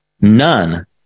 None